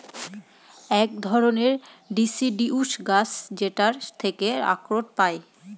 এক ধরনের ডিসিডিউস গাছ যেটার থেকে আখরোট পায়